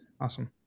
awesome